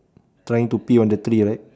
trying to pee on the tree right